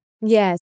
Yes